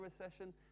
recession